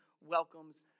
welcomes